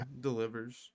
delivers